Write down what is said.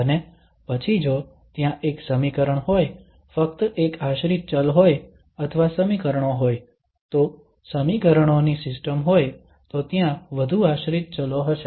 અને પછી જો ત્યાં એક સમીકરણ હોય ફક્ત એક આશ્રિત ચલ હોય અથવા સમીકરણો હોય તો સમીકરણોની સિસ્ટમ હોય તો ત્યાં વધુ આશ્રિત ચલો હશે